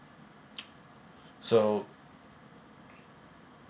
so